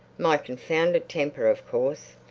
my confounded temper, of course.